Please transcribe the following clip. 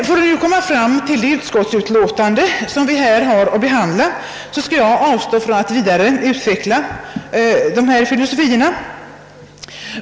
För att komma fram till det utskottsutlåtande vi här skall behandla skall jag avstå från att vidare utveckla de här filosofierna.